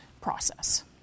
process